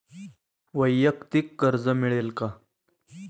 वैयक्तिक कर्ज मिळेल का?